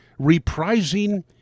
reprising